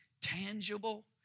tangible